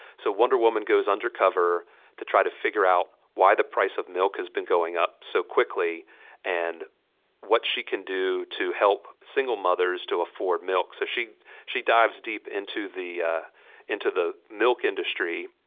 so wonder woman goes undercover to try to figure out why the price of milk has been going up so quickly and what she can do to help single mothers to afford milk. so she she dives deep the into the milk industry,